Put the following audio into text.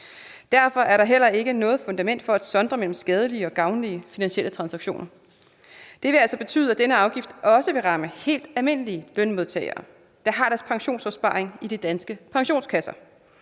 Derfor er der heller ikke noget fundament for at sondre mellem skadelige og gavnlige finansielle transaktioner. Det vil altså betyde, at denne afgift også vil ramme helt almindelige lønmodtagere, der har deres pensionsopsparing i de danske pensionskasser.